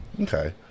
Okay